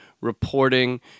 reporting